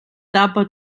tapa